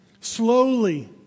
Slowly